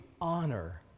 honor